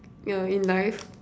you know in life